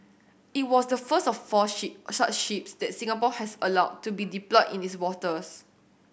it was the first of four ship such ships that Singapore has allowed to be deployed in its waters